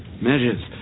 Measures